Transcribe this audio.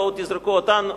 בואו תזרקו אותם,